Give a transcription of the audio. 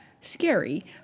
scary